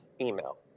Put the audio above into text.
email